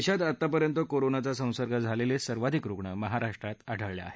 देशात आतापर्यंत कोरोनाचा संसर्ग झालेले सर्वाधिक रुग्ण महाराष्ट्रात आढळले आहेत